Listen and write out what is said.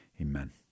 Amen